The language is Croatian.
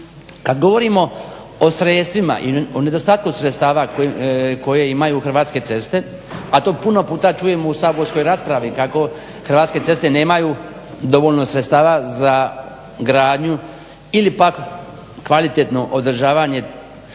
Kad govorimo o sredstvima i o nedostatku sredstava koje imaju hrvatske ceste a to puno puta čujemo u saborskoj raspravi kako Hrvatske ceste nemaju dovoljno sredstava za gradnju ili pak kvalitetno održavanje